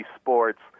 Sports